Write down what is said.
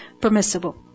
permissible